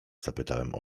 zapytałem